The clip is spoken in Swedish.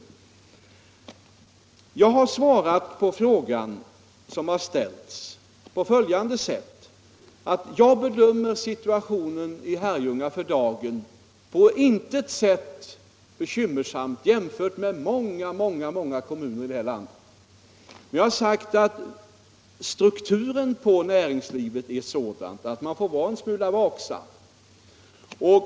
69 Jag har som svar på den fråga som ställts sagt att jag bedömer situationen för dagen i Herrljunga som på intet sätt bekymmersam jämförd med situationen i många andra kommuner i det här landet. Men jag har också sagt att strukturen på näringslivet i Herrljunga är sådan att man får vara en smula vaksam.